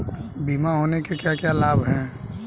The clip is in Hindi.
बीमा होने के क्या क्या लाभ हैं?